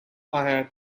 ahead